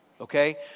Okay